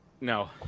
No